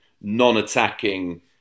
non-attacking